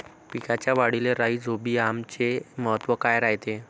पिकाच्या वाढीले राईझोबीआमचे महत्व काय रायते?